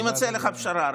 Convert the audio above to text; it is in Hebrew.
אני מציע לך פשרה.